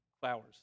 flowers